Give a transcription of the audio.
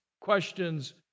questions